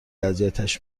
اذیتش